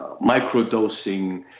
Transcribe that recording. microdosing